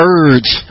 urge